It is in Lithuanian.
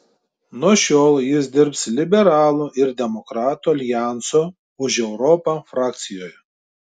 nuo šiol jis dirbs liberalų ir demokratų aljanso už europą frakcijoje